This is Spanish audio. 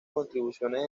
contribuciones